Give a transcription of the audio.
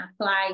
apply